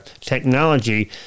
technology